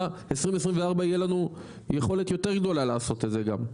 ב-2024 תהיה לנו יכולת יותר גדולה לעשות את זה גם.